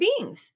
beings